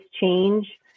change